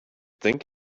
think